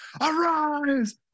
arise